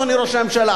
אדוני ראש הממשלה,